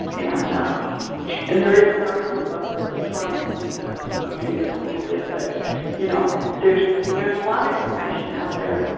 and and there is an article about the taurine, i need to update it a little bit, but you know there's there's a lotta information out there.